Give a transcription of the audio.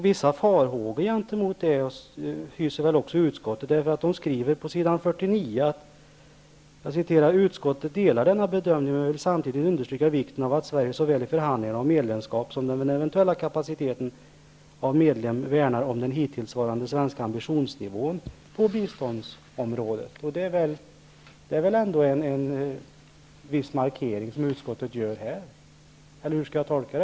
Vissa farhågor hyser också utskottet, som skriver på s. 49: ''Utskottet delar denna bedömning men vill gärna samtidigt understryka vikten av att Sverige såväl i förhandlingarna om medlemskap som i den eventuella kapaciteten av medlem värnar om den hittillsvarande svenska ambitionsnivån på biståndsområdet.'' Utskottet gör väl ändå här en viss markering, eller hur skall det tolkas?